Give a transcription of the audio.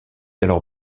alors